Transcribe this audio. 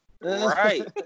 Right